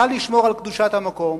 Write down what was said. נא לשמור על קדושת המקום",